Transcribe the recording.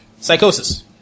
psychosis